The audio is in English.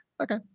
Okay